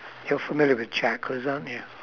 you're familiar with chakras aren't you